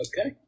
Okay